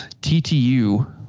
TTU